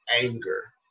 anger